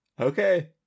okay